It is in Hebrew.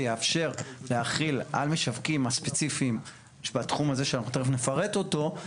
שיאפשר להחיל על משווקים ספציפיים בתחום הזה שאנחנו תכף נפרט אותו,